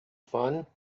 fun